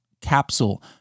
capsule